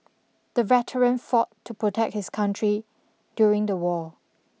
the veteran fought to protect his country during the war